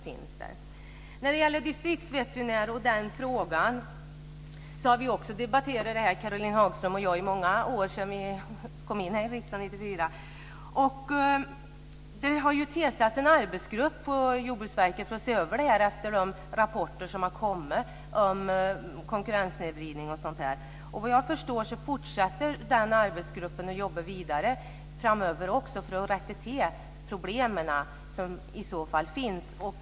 Frågan om distriksveterinärer har Caroline Hagström och jag debatterat i många år, sedan jag kom in i riksdagen 1994. Det har tillsatts en arbetsgrupp i Jordbruksverket för att se över det här, efter de rapporter som har kommit om konkurrenssnedvridning. Vad jag förstår fortsätter den arbetsgruppen att jobba vidare även framöver för att rätta till problem som i så fall finns.